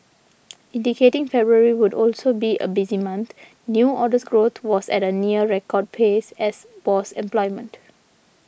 indicating February would also be a busy month new orders growth was at a near record pace as was employment